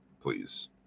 please